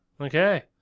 Okay